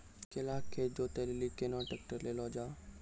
केला के खेत जोत लिली केना ट्रैक्टर ले लो जा?